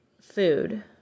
food